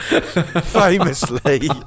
famously